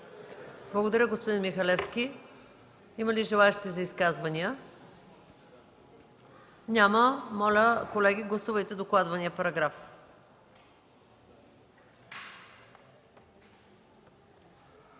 Благодаря, господин Михалевски. Има ли желаещи за изказвания? Няма. Моля, колеги, гласувайте. Гласували 70